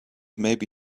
maybe